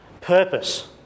purpose